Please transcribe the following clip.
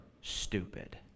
stupid